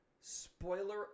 spoiler